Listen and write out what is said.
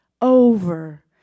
over